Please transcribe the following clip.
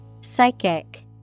psychic